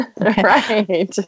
Right